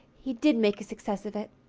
he did make a success of it.